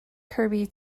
kirby